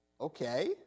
Okay